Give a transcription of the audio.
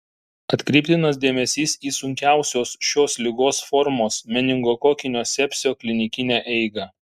atkreiptinas dėmesys į sunkiausios šios ligos formos meningokokinio sepsio klinikinę eigą